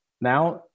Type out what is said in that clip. now